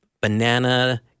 banana